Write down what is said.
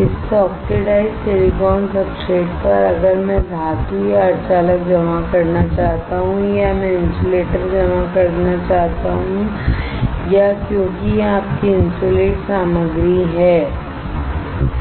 इस oxidised silicon substrate पर अगर मैं धातु या सेमीकंडक्टर जमा करना चाहता हूं या मैं इन्सुलेटर जमा करना चाहता हूं या क्योंकि यह आपकी इन्सुलेट सामग्री है